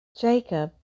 Jacob